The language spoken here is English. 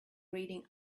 reading